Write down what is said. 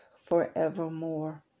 forevermore